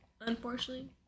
unfortunately